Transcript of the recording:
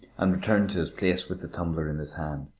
and returned to his place with the tumbler in his hand.